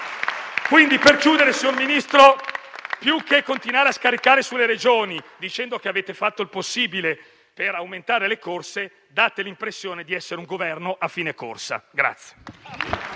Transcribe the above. mesi. Per chiudere, signor Ministro, più che continuare a scaricare sulle Regioni, dicendo che avete fatto il possibile per aumentare le corse, date l'impressione di essere un Governo a fine corsa.